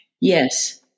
Yes